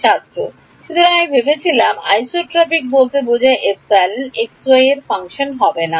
ছাত্র সুতরাং আমি ভেবেছিলাম আইসোট্রপিক বলতে বোঝায় ε x y এর ফাংশন হবে না